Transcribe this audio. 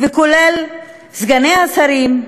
סגני השרים,